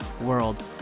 world